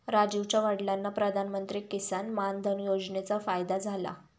राजीवच्या वडिलांना प्रधानमंत्री किसान मान धन योजनेचा फायदा झाला